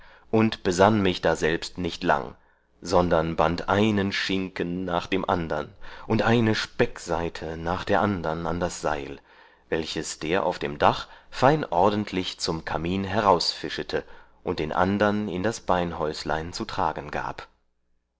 und besann mich daselbst nicht lang sondern band einen schinken nach dem andern und eine speckseite nach der andern an das seil welches der auf dem dach fein ordentlich zum kamin hinausfischete und den andern in das beinhäuslein zu tragen gab